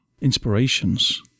inspirations